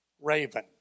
raven